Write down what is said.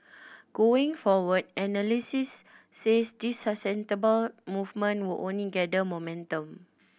going forward analysts said this movement will only gather momentum